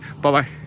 Bye-bye